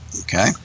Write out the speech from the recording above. Okay